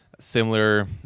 similar